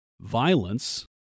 violence